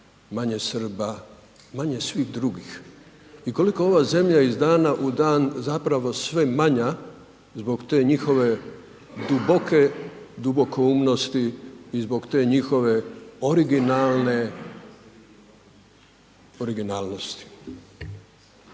manje Srba, manje svih drugih. I koliko ova zemlja iz dana u dan zapravo sve manja zbog te njihove duboke dubokoumnosti i zbog te njihove originalne originalnosti.